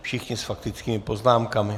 Všichni s faktickými poznámkami.